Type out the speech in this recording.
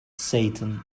satan